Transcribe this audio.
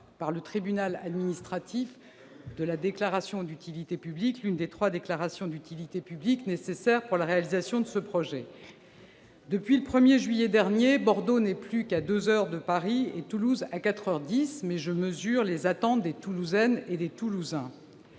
par le tribunal administratif de l'une des trois déclarations d'utilité publique nécessaires pour la réalisation de ce projet. Depuis le 1juillet dernier, Bordeaux n'est plus qu'à 2 heures de Paris et Toulouse à 4 heures 10, mais je mesure les attentes des Toulousaines et des Toulousains.